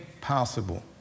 possible